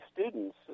students